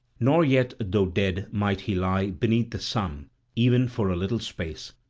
nor yet though dead might he lie beneath the sun even for a little space.